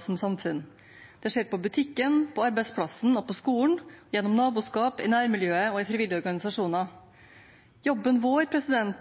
som samfunn. Det skjer på butikken, på arbeidsplassen og på skolen, gjennom naboskap, i nærmiljøet og i frivillige organisasjoner. Jobben vår